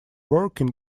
working